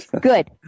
Good